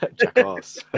jackass